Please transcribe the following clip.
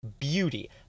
beauty